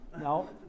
No